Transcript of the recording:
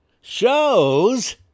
shows